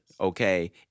Okay